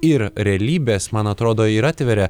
ir realybės man atrodo ir atveria